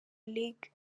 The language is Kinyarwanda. league